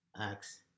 acts